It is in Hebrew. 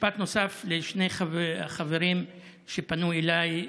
משפט נוסף לשני חברים שפנו אליי,